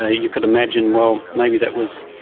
ah you could imagine, well, maybe that was,